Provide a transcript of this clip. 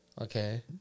Okay